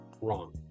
Wrong